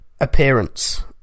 appearance